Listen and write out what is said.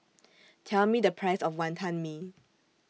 Tell Me The Price of Wantan Mee